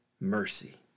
mercy